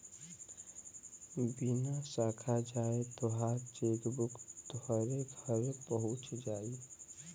बिना साखा जाए तोहार चेकबुक तोहरे घरे पहुच जाई